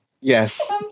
Yes